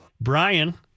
Brian